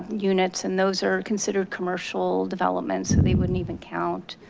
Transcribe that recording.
um units, and those are considered commercial developments and they wouldn't even count.